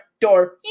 door